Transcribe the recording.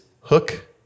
hook